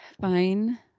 fine